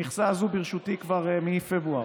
המכסה הזו ברשותי כבר מפברואר,